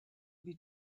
wie